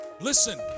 Listen